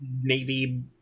navy